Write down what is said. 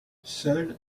seuls